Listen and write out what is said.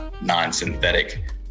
non-synthetic